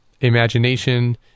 imagination